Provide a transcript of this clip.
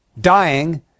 dying